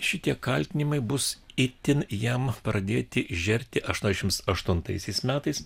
šitie kaltinimai bus itin jam pradėti žerti aštuoniasdešimt aštuntaisiais metais